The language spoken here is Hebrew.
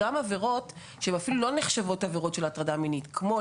גם עבירות שאפילו לא נחשבות כעבירות של הטרדה מינית כמו,